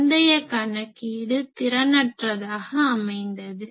முந்தைய கணக்கீடு திறனற்றதாக அமைந்தது